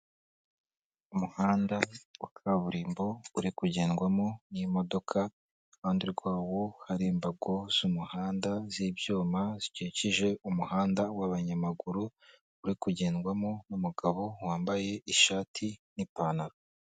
Umuhanda wa kaburimbo uri kugendwamo n'imodoka, iruhande rwawo hari imbago z'umuhanda z'ibyuma zikikije umuhanda w'abanyamaguru, uri kugendwamo n'umugabo wambaye ishati n'ipantaro.